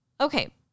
Okay